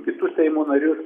kitus seimo narius